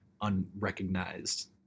unrecognized